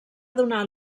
donar